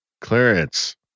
clearance